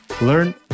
learn